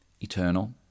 eternal